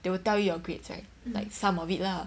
they will tell you your grades right like some of it lah